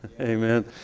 Amen